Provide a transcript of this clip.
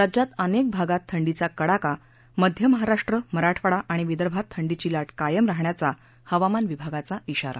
राज्यात अनेक भागात थंडीचा कडाका मध्य महाराष्ट्र मराठवाडा आणि विदर्भात थंडीची लाट कायम राहण्याचा हवामान विभागाचा इशारा